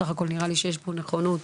בסך הכול נראה לי שיש פה נכונות